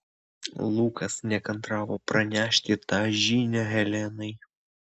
lukas nekantravo pranešti tą žinią helenai